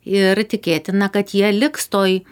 ir tikėtina kad jie liks toj